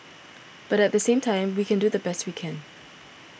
but at the same time we can do the best we can